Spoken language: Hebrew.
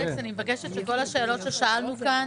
אלכס, אני מבקשת שכל השאלות ששאלנו כאן